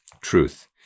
truth